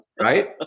Right